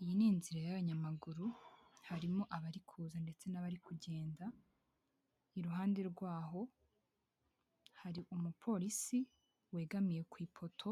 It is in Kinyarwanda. Iyi ni inzira y'abanyamaguru, harimo abari kuza ndetse n'abari kugenda, iruhande rwaho hari umupolisi wegamiye ku ipoto,